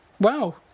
Wow